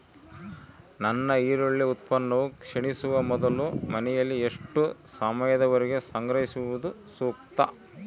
ನನ್ನ ಈರುಳ್ಳಿ ಉತ್ಪನ್ನವು ಕ್ಷೇಣಿಸುವ ಮೊದಲು ಮನೆಯಲ್ಲಿ ಎಷ್ಟು ಸಮಯದವರೆಗೆ ಸಂಗ್ರಹಿಸುವುದು ಸೂಕ್ತ?